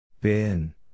Bin